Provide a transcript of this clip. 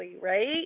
Right